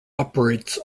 operates